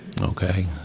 Okay